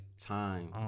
time